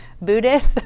Buddhist